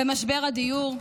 ומשבר הדיור?